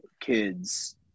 kids